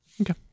okay